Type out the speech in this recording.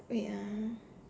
wait ah